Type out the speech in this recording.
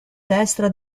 destra